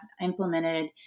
implemented